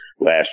last